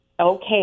Okay